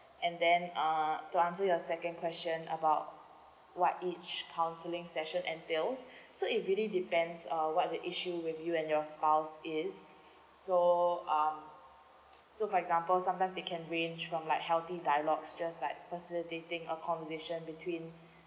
and then uh to answer your second question about what each counselling session entails so it really depends uh what the issue with you and your spouse is so um so for example sometimes they can range from like healthy dialogues just like facilitating a conversation between